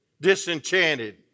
disenchanted